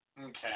Okay